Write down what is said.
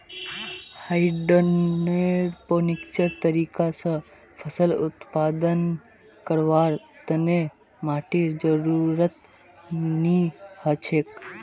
हाइड्रोपोनिक्सेर तरीका स फसल उत्पादन करवार तने माटीर जरुरत नी हछेक